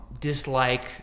dislike